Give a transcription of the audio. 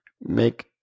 make